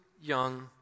young